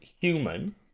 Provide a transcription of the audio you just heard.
human